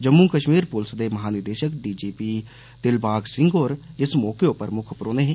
जम्मू कश्मीर पुलस दे महानिदेशक D G P Dilbag Singh होर इस मौके पर मुक्ख परौहने हे